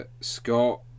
Scott